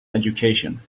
education